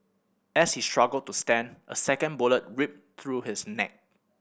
as he struggled to stand a second bullet ripped through his neck